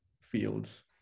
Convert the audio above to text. fields